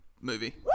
movie